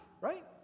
Right